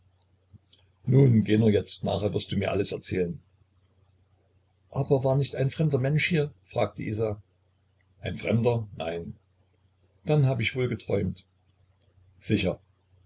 nun geh nur jetzt nachher wirst du mir alles erzählen aber war nicht ein fremder mensch hier fragte isa ein fremder nein dann hab ich wohl geträumt sicher